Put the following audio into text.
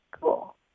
Cool